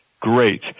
Great